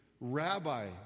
Rabbi